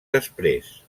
després